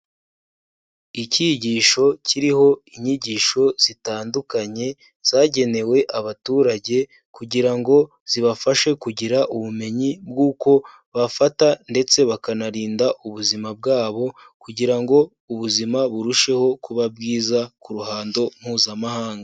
Icyigisho kiriho inyigisho zitandukanye zagenewe abaturage, kugira ngo zibafashe kugira ubumenyi bw'uko bafata ndetse bakanarinda ubuzima bwabo, kugira ngo ubuzima burusheho kuba bwiza ku ruhando mpuzamahanga.